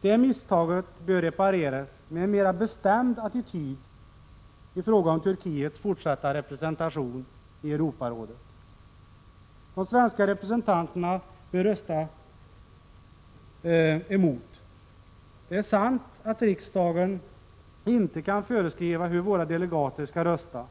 Det misstaget bör man rätta genom att inta en mera bestämd attityd i fråga om Turkiets fortsatta representation i Europarådet. De svenska representanterna bör rösta emot en sådan. Det är sant att riksdagen inte kan föreskriva hur våra delegater skall rösta.